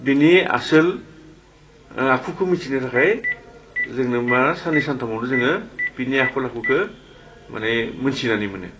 बिनि आसोल आखुखौ मिथिनो थाखाय जोंनो मा साननै सानथामावनो जोङो बिनि आखल आखुखौ माने मोन्थिनानै मोनो